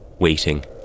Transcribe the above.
waiting